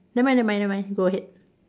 never mind never mind never mind go ahead